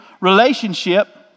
relationship